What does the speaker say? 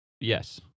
Yes